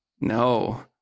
no